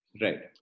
Right